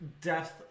depth